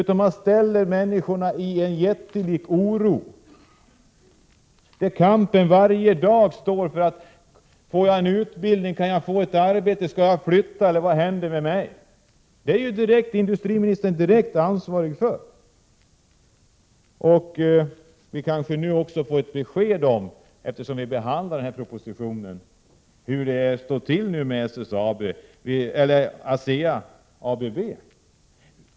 Man försätter människorna i en jättelik oro, där kampen varje dag gäller: Kan jag få utbildning eller arbete, skall jag flytta, eller vad händer med mig? Detta är ju industriministern direkt ansvarig för. Vi kanske nu kan få besked om — eftersom vi behandlar den här propositionen — hur det står till med ASEA, dvs. ABB.